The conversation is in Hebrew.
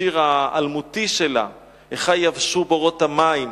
בשיר האלמותי שלה: איכה יבשו בורות המים,